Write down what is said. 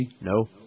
No